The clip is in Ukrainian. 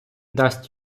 дасть